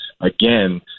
again